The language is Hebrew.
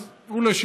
אז הוא לשיטתו,